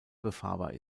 befahrbar